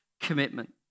commitment